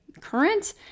current